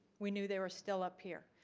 we knew they were still up here.